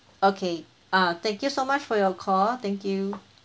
okay uh thank you so much for your call thank you